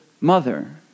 mother